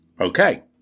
Okay